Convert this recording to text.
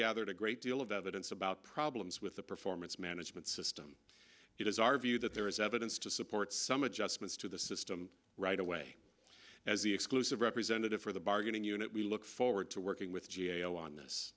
gathered a great deal of evidence about problems with the performance management system it is our view that there is evidence to support some adjustments to the system right away as the exclusive representative for the bargaining unit we look forward to working with g a o on